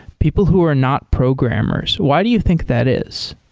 people who are not programmers? why do you think that is?